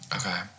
Okay